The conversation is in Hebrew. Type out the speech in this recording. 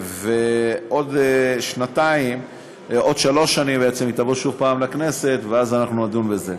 ועוד שלוש שנים היא תבוא שוב פעם לכנסת ואז אנחנו נדון בזה.